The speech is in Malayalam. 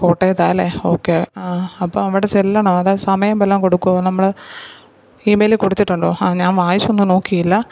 കോട്ടയത്താണ് അല്ലേ ഓക്കെ അപ്പോൾ അവിടെ ചെല്ലണോ അതേ സമയം വല്ലതും കൊടുക്കുമോ നമ്മൾ ഈമെയിൽ കൊടുത്തിട്ടുണ്ടോ ഞാൻ വായിച്ചൊന്നും നോക്കിയില്ല